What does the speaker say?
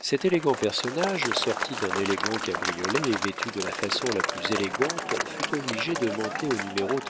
cet élégant personnage sorti d'un élégant cabriolet et vêtu de la façon la plus élégante fut obligé de monter au numéro